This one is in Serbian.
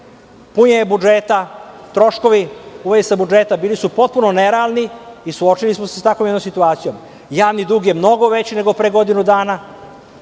punjenje budžeta, troškovi budžeta bili su potpuno neravni i suočili smo se sa jednom takvom situacijom. Javni dug je mnogo veći nego pre godinu dana,